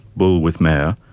bull with mare,